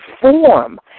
form